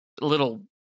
little